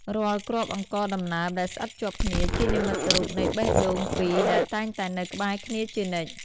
រាល់គ្រាប់អង្ករដំណើបដែលស្អិតជាប់គ្នា ជានិមិត្តរូបនៃបេះដូងពីរដែលតែងតែនៅក្បែរគ្នាជានិច្ច។